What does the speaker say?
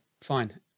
fine